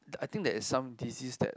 I think there's some disease that